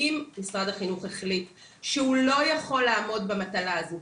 אם משרד החינוך החליט שהוא לא יכול לעמוד במטלה הזו,